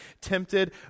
tempted